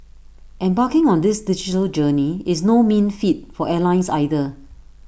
embarking on this digital journey is no mean feat for airlines either